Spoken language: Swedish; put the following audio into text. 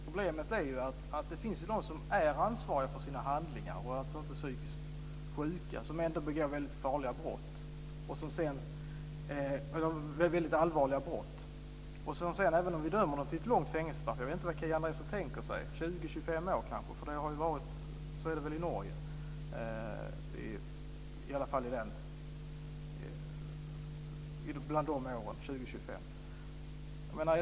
Fru talman! Problemet är att det finns de som är ansvariga för sina handlingar och alltså inte psykiskt sjuka som ändå begår väldigt allvarliga brott. Det gäller även om vi dömer dem till ett långt fängelsestraff. Jag vet inte vad Kia Andreasson tänker sig. Kanske 20-25 år. Så är det väl i Norge. Det är i varje fall i storleksordningen 20-25 år.